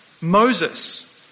Moses